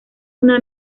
una